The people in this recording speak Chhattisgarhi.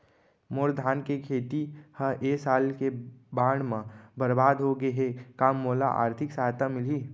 मोर धान के खेती ह ए साल के बाढ़ म बरबाद हो गे हे का मोला आर्थिक सहायता मिलही?